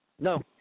No